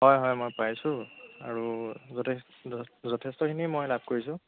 হয় হয় মই পাইছোঁ আৰু আগতে যথেষ্টখিনি মই লাভ কৰিছোঁ